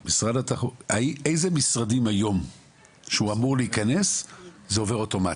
איזה משרדים היום שהוא אמור להיכנס זה עובר אוטומטית?